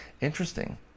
Interesting